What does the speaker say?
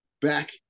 back